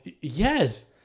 Yes